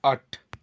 ਅੱਠ